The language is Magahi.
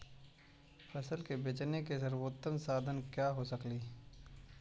फसल के बेचने के सरबोतम साधन क्या हो सकेली?